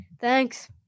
Thanks